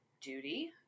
duty